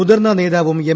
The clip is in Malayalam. മുതിർന്ന നേതാവും എം